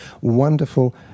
wonderful